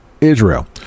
Israel